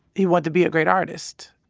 he wanted to be a great artist.